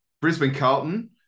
Brisbane-Carlton